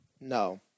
No